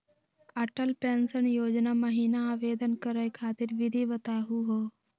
Atal pension योजना महिना आवेदन करै खातिर विधि बताहु हो?